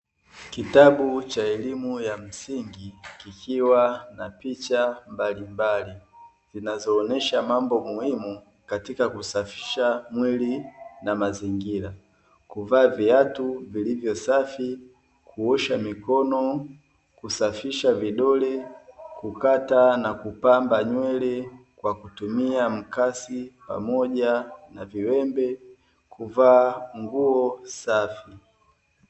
Chuo cha elimu ya msingi kikiwa na picha mbalimbali zinazoonesha mambo muhimu katika kusafisha mwili na mazingira. Kuvaa viatu vilivyosafi, kuosha mikono, kusafisha vidole, kukata na kupamba nywele kwa kutumia mkasi pamoja na viwembe, Kuvaa nguo safi.